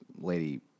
Lady